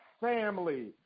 family